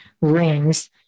rings